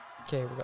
Okay